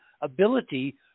ability